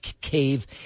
cave